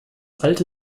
alte